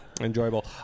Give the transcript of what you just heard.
enjoyable